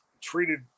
treated